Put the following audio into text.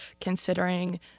considering